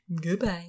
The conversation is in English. Goodbye